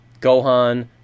Gohan